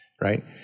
right